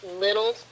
little